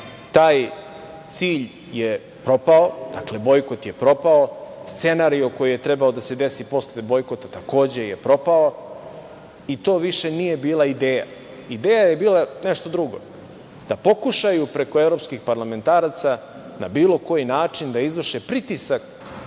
taj cilj je propao, dakle, bojkot je propao. Scenario koji je trebao da se desi posle bojkota, takođe je propao, i to više nije bila ideja. Ideja je bila nešto drugo, da pokušaju preko evropskih parlamentaraca na bilo koji način da izvrše pritisak